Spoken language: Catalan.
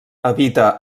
habita